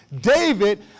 David